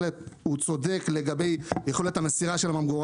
מה שאומר אדון חתוקה בהחלט צודק לגבי יכולת המסירה של הממגורה.